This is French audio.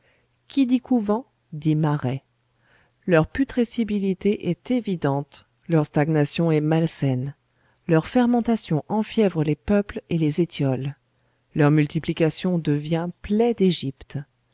qui dit couvent dit marais leur putrescibilité est évidente leur stagnation est malsaine leur fermentation enfièvre les peuples et les étiole leur multiplication devient plaie d'égypte